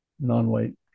non-white